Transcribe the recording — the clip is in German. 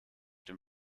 dem